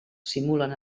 simulen